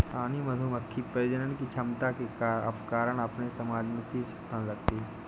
रानी मधुमक्खी प्रजनन की क्षमता के कारण अपने समाज में शीर्ष स्थान रखती है